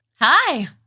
Hi